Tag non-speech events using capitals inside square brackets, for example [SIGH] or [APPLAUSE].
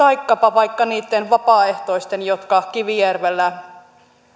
[UNINTELLIGIBLE] vaikkapa niitten vapaaehtoisten työ jotka kivijärvellä